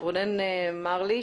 רונן מרלי.